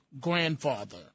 grandfather